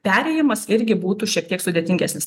perėjimas irgi būtų šiek tiek sudėtingesnis